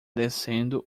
descendo